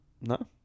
no